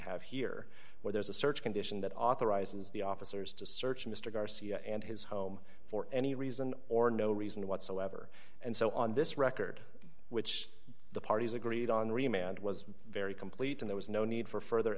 have here where there's a search condition that authorizes the officers to search mr garcia and his home for any reason or no reason whatsoever and so on this record which the parties agreed on remained was very complete in there was no need for further